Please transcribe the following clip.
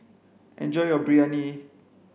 enjoy your Biryani